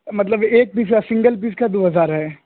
مطلب ایک بھی کیا سنگل پیس کا دو ہزار ہے